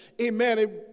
Amen